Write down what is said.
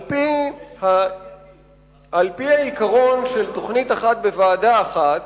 על-פי העיקרון של תוכנית אחת בוועדה אחת,